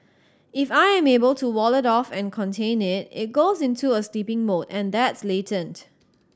if I am able to wall it off and contain it it goes into a sleeping mode and that's latent